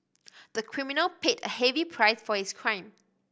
the criminal paid a heavy price for his crime